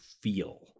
feel